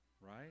right